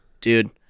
dude